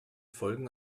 folgen